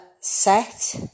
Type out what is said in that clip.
set